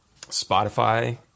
Spotify